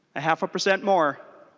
half a percent more.